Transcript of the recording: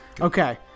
Okay